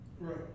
Right